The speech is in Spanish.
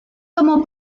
tomó